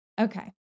Okay